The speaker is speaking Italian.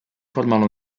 formano